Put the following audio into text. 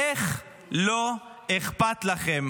איך לא אכפת לכם?